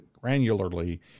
granularly